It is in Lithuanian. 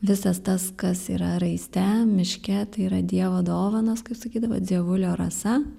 visas tas kas yra raiste miške tai yra dievo dovanos kaip sakydavo dzievulio rasa